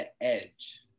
edge